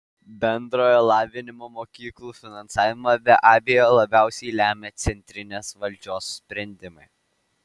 bendrojo lavinimo mokyklų finansavimą be abejo labiausiai lemia centrinės valdžios sprendimai